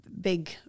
big